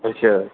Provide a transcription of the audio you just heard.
अच्छा